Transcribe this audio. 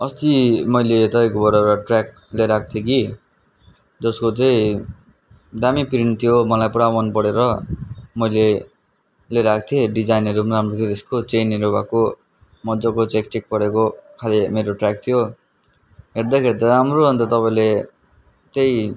अस्ति मैले तपाईँको बाट एउटा ट्र्याक लिएर आएको थिएँ कि जसको चाहिँ दामी प्रिन्ट थियो मलाई पुरा मन परेर मैले लिएर आएको थिएँ डिजाइनहरू पनि राम्रो थियो त्यसको चेनहरू भएको मज्जाको चेक चेक परेको खाले मेरो ट्र्याक थियो हेर्दाखेरि त राम्रो अन्त तपाईँले त्यो